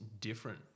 different